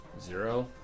Zero